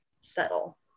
settle